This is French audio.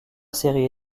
série